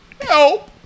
Help